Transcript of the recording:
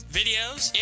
videos